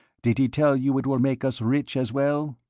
did he tell you it will make us rich as well?